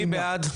מי בעד?